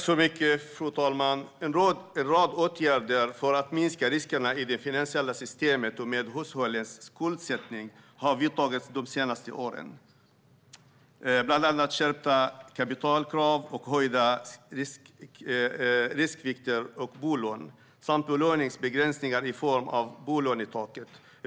Fru talman! "En rad åtgärder för att minska riskerna i det finansiella systemet och med hushållens skuldsättning har vidtagits de senaste åren, bl.a. skärpta kapitalkrav och höjda riskvikter för bolån samt belåningsbegränsningar i form av bolånetak.